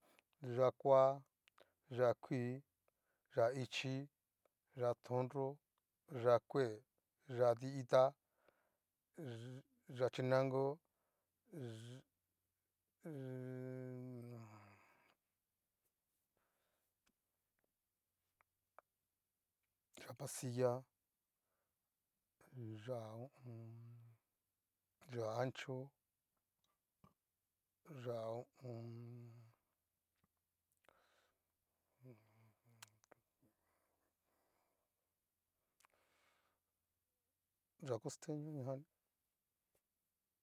Yá'a kua, yá'a kui, yá'a ichi, yá'a tonnro, yá'a kue, yá'a ti'ita, yá'a chinango chiiiii yá'a pasilla, yá'a ho o on. yá'a anchó yá'a ho o on. yá'a costeño ñajanní.